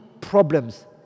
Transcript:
problems